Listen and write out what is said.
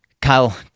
Kyle